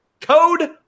Code